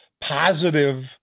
positive